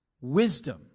wisdom